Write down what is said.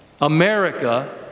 America